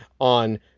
on